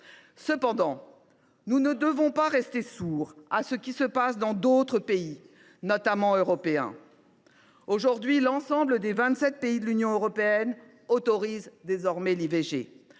Cependant, nous ne devons pas rester sourds à ce qui se passe dans d’autres pays, notamment européens. L’ensemble des 27 pays de l’Union européenne autorisent désormais l’IVG.